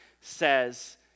says